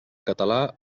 català